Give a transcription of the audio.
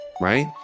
right